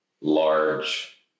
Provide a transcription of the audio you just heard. large